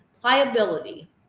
pliability